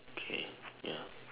okay ya